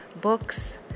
books